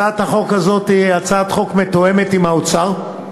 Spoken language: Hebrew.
הצעת החוק הזאת מתואמת עם האוצר,